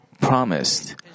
promised